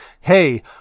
hey